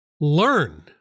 learn